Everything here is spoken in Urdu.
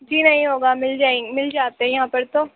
جی نہیں ہوگا مِل جائیں مِل جاتے یہاں پر تو